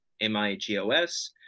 m-i-g-o-s